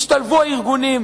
השתלבות הארגונים,